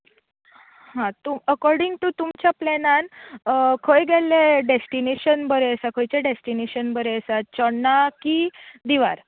हां तूं according to तुमच्या प्लॅनान खंय गेल्ले डॅस्टिनेशन बरें आसा खंयचे डॅस्टीनेशन बरें आसा चोडणा की दिवार